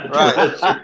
right